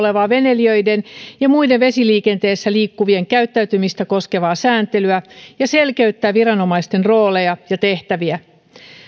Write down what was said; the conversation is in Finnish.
olevaa veneilijöiden ja muiden vesiliikenteessä liikkuvien käyttäytymistä koskevaa sääntelyä ja selkeyttää viranomaisten rooleja ja tehtäviä